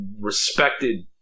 respected